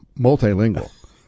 multilingual